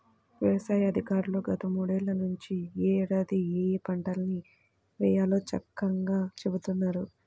యవసాయ అధికారులు గత మూడేళ్ళ నుంచి యే ఏడాది ఏయే పంటల్ని వేయాలో చక్కంగా చెబుతున్నారు